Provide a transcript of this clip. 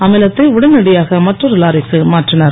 அமிலத்தை உடனடியாக மற்றெரு லாரிக்கு மாற்றினர்